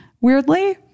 weirdly